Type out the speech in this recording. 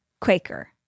Quaker